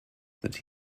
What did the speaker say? that